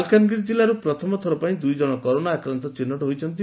ମାଲକାନଗିରି ଜିଲ୍ାରୁ ପ୍ରଥମ ଥର ପାଇଁ ଦୁଇଜଣ କରୋନା ଆକ୍ରାନ୍ତ ଚିହ୍ଚଟ ହୋଇଛନ୍ତି